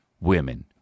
women